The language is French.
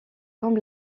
comme